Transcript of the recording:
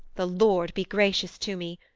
the lord be gracious to me!